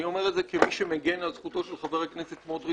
אני אומר את זה כמי שמגן על זכותו של חבר הכנסת סמוטריץ'